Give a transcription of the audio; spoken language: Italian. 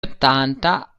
ottanta